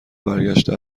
برگشته